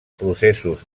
processos